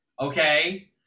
okay